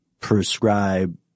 prescribe